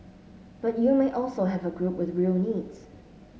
but you may also have a group with real needs